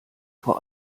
vor